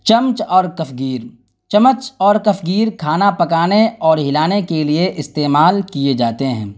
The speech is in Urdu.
چمچ اور کفگیر چمچ اور کفگیر کھانا پکانے اور ہلانے کے لیے استعمال کیے جاتے ہیں